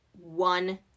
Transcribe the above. one